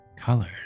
colors